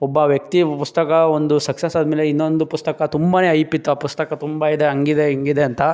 ಒಬ್ಬ ವ್ಯಕ್ತಿ ಪುಸ್ತಕ ಒಂದು ಸಕ್ಸಸ್ ಆದ ಮೇಲೆ ಇನ್ನೊಂದು ಪುಸ್ತಕ ತುಂಬನೇ ಐಪ್ ಇತ್ತು ಆ ಪುಸ್ತಕ ತುಂಬ ಇದೆ ಹಂಗಿದೆ ಹಿಂಗಿದೆ ಅಂತ